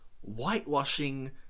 whitewashing